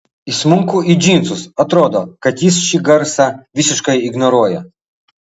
įsmunku į džinsus atrodo kad jis šį garsą visiškai ignoruoja